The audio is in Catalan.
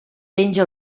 penja